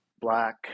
black